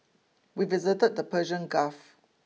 we visited the Persian Gulf